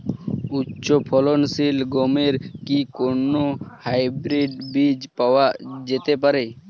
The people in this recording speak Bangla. উচ্চ ফলনশীল গমের কি কোন হাইব্রীড বীজ পাওয়া যেতে পারে?